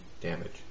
damage